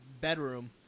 bedroom